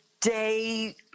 day